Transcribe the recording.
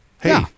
Hey